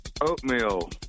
Oatmeal